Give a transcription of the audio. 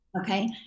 Okay